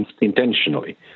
intentionally